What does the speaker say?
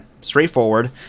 straightforward